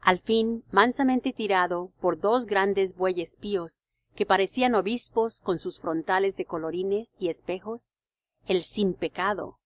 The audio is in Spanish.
al fin mansamente tirado por dos grandes bueyes píos que parecían obispos con sus frontales de colorines y espejos el sin pecado